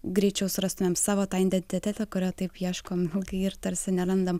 greičiau surastumėm savo tą identitetą kurio taip ieškome ilgai ir tarsi nerandam